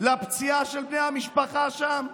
לפציעה של בני המשפחה שם?